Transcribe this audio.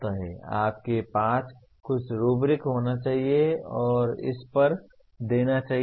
आपके पास कुछ रुब्रिक होना चाहिए और उस पर मार्क्स देना चाहिए